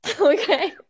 Okay